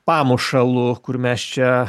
pamušalu kur mes čia